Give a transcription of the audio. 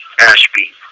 Ashby